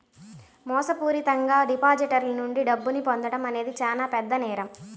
మోసపూరితంగా డిపాజిటర్ల నుండి డబ్బును పొందడం అనేది చానా పెద్ద నేరం